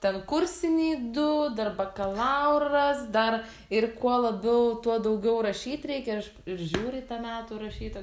ten kursiniai du dar bakalauras dar ir kuo labiau tuo daugiau rašyt reikia iš ir žiūri į tą metų rašyto